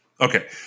Okay